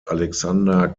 alexander